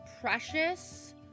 precious